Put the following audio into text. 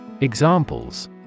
Examples